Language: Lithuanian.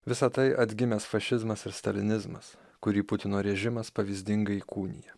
visa tai atgimęs fašizmas ir stalinizmas kurį putino režimas pavyzdingai įkūnija